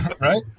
Right